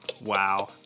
wow